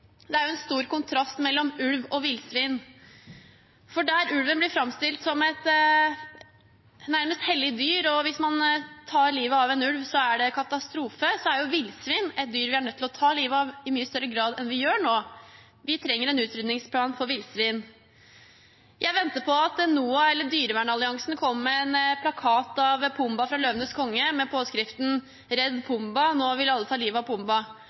for der ulven blir framstilt som et nærmest hellig dyr – hvis man tar livet av en ulv, er det katastrofe – er villsvin et dyr vi er nødt til å ta livet av i mye større grad enn vi gjør nå. Vi trenger en utrydningsplan for villsvin. Jeg venter på at NOAH eller Dyrevernalliansen kommer med en plakat av Pumbaa fra «Løvenes konge» med påskriften «Redd Pumbaa – nå vil alle ta livet av